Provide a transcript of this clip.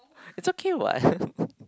it's okay what